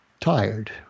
tired